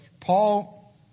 Paul